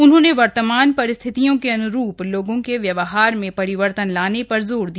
उन्होंने वर्तमान परिस्थितियों के अन्रूप लोगों के व्यवहार में परिवर्तन लाने पर जोर दिया